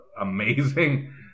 amazing